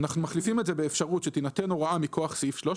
אנחנו מחליפים את זה באפשרות שתינתן הוראה מכוח סעיף 13